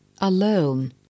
Alone